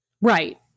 Right